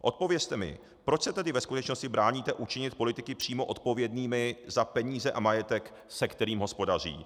Odpovězte mi: Proč se tedy ve skutečnosti bráníte učinit politiky přímo odpovědnými za peníze a majetek, se kterým hospodaří?